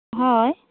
ᱦᱳᱭ